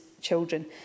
children